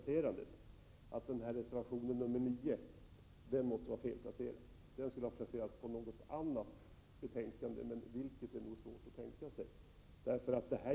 Reservationen gällde ju parterna på arbetsmarknaden och inte de försäkrade i A-kassorna. Jag förstår därför inte riktigt vad den har i det här betänkandet att göra.